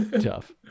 tough